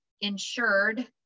insured